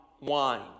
wine